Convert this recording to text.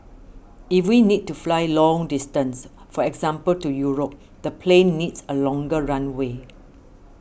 if we need to fly long distance for example to Europe the plane needs a longer runway